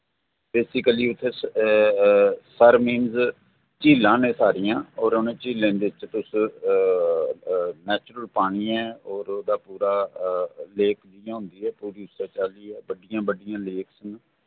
basically उत्थै sir means झीलां न एह् सारियां और उ'नें झीलें बिच्च तुस नेचुरल पानी ऐ और ओह्दा पूरा लेक जि'यां होंदी ऐ ओह् बी उस्सै चाल्ली ऐ बड्डियां बड्डियां लेक्स न